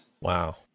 Wow